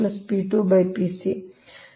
FD